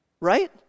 right